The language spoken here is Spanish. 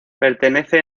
pertenece